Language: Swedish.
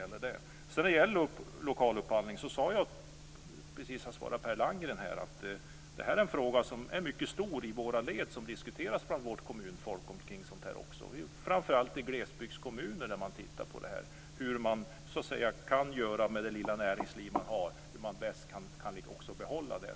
När det gäller lokal upphandling sade jag i svaret till Per Landgren att det är en fråga som är mycket stor i våra led och som diskuteras bland vårt kommunfolk. Det gäller framför allt i glesbygdskommuner där man tittar på hur man kan göra med det lilla näringsliv man har och hur man bäst kan behålla det.